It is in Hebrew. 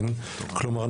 כלומר,